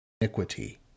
Iniquity